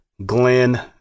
Glenn